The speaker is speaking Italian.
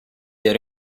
ero